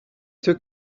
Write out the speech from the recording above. took